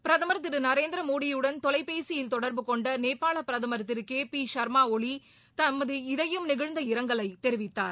பிரதம் ் திரு நரேந்திரமோடியுடன் தொலைபேசியில் தொடர்பு கொண்ட நேபாள பிரதம் திரு கே பிர ஷ்மாஒளி தமது இதயம் நெகிழந்த இரங்கலை தெரிவித்தார்